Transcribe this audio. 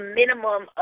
minimum